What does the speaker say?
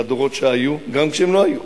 לדורות שהיו גם כשהם לא היו,